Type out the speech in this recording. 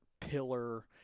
pillar